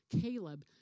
Caleb